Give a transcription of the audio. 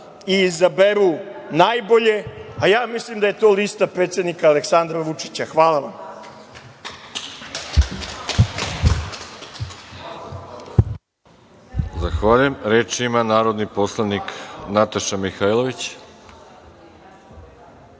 i izaberu najbolje, a ja mislim da je to lista predsednika Aleksandra Vučića. Hvala. **Veroljub Arsić** Zahvaljujem. Reč ima narodni poslanik Nataša Mihailović